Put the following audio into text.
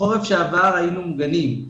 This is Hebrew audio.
בחורף שעבר היינו מוגנים.